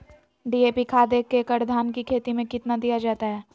DAP खाद एक एकड़ धान की खेती में कितना दीया जाता है?